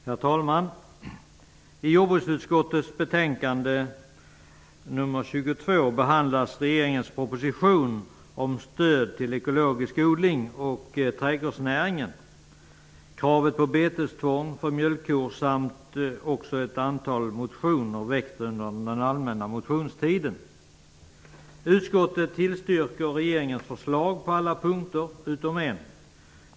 Herr talman! I jordbruksutskottets betänkande nr 22 behandlas regeringens proposition om stöd till ekologisk odling och till trädgårdsnäringen samt frågan om kravet på betestvång för mjölkkor och ett antal motioner väckta under den allmänna motionstiden. Utskottet tillstyrker regeringens förslag på alla punkter utom på en.